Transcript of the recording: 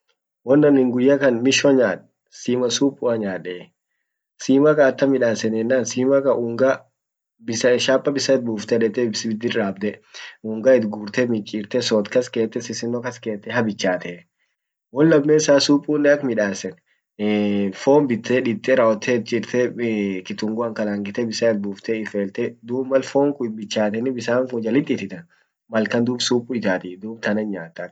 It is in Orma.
Won annin guyya kan mwisho nyad. sima supua nyadde. sima kan atam midasani yenan sima kan unga shapa bisan it bufte dette ibiddir dabde unga it gurte michirte sod kas kette sisinno kas kette habichatee. won lamesa supunen ak midasan fon bitte diite rawotte it chirte kitunguan kalangite bisan it bufte ifelte dub mal fon kun bichatani bisan kun jalit ititan malkan dub supu itatii dub tanan nyaata akas.